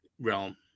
realm